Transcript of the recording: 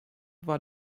war